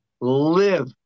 live